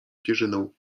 pierzyną